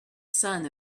sun